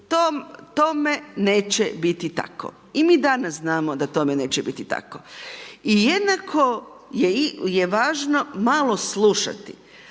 Tome neće biti tako i mi danas znamo da tome neće biti tako. I jednako je važno malo slušati.